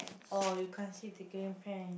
oh you can't see the green pant